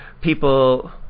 people